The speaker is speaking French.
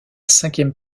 cinquième